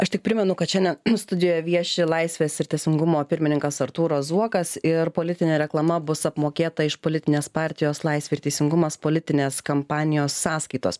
aš tik primenu kad šiandien studijoje vieši laisvės ir teisingumo pirmininkas artūras zuokas ir politinė reklama bus apmokėta iš politinės partijos laisvė ir teisingumas politinės kampanijos sąskaitos